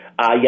Yes